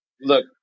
Look